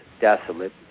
desolate